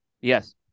Yes